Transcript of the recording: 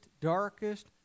darkest